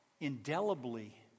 indelibly